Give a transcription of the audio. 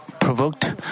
provoked